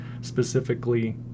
specifically